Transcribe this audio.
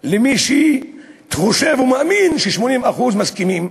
למי שחושב ומאמין ש-80% מסכימים,